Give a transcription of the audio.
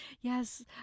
yes